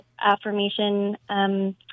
affirmation